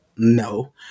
No